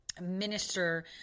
Minister